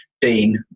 Dean